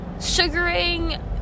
sugaring